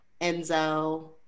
Enzo